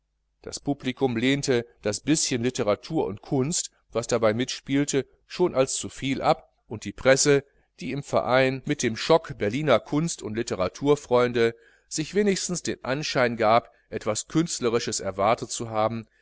das publikum lehnte das bischen literatur und kunst was dabei mitspielte schon als zu viel ab und die presse die im verein mit dem schock berliner kunst und literaturfreunde sich wenigstens den anschein gab etwas künstlerisches erwartet zu haben